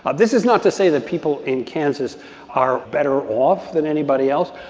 but this is not to say that people in kansas are better off than anybody else.